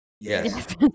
Yes